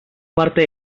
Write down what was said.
parte